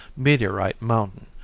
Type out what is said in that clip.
meteorite mountain,